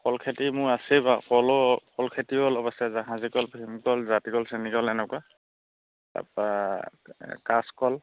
ফল খেতি মোৰ আছেই বা কলো কল খেতিও অলপ আছে জাহাজি কল ভিমকল জাতি কল চেনিকল এনেকুৱা তাৰপা কাঁচকল